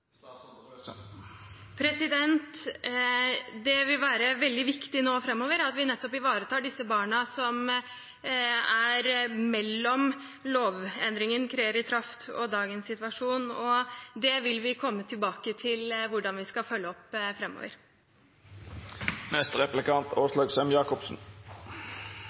Det vil være veldig viktig nå framover at vi nettopp ivaretar disse barna, mellom dagens situasjon og før lovendringen trer i kraft. Det vil vi komme tilbake til hvordan vi skal følge opp